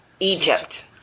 Egypt